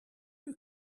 you